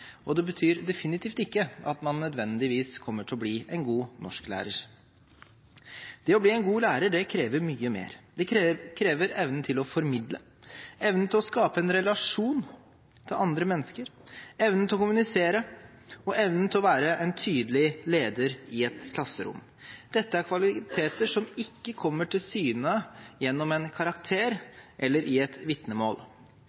mattelærer. Det betyr definitivt ikke at man nødvendigvis kommer til å bli en god norsklærer. Det å bli en god lærer krever mye mer. Det krever evnen til å formidle, evnen til å skape en relasjon til andre mennesker, evnen til å kommunisere og evnen til å være en tydelig leder i et klasserom. Dette er kvaliteter som ikke kommer til syne gjennom en karakter eller i et vitnemål.